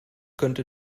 könnte